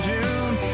June